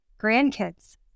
grandkids